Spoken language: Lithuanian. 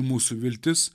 mūsų viltis